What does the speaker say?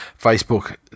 Facebook